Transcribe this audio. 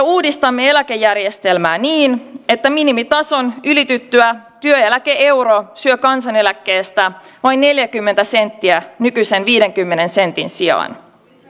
uudistamme eläkejärjestelmää niin että minimitason ylityttyä työeläke euro syö kansaneläkkeestä vain neljäkymmentä senttiä nykyisen viidenkymmenen sentin sijaan